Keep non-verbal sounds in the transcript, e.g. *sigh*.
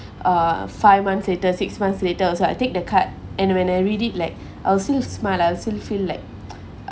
uh five months later six months later also I take the card and when I read it like I'll still smile I'll still feel like *noise*